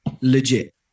legit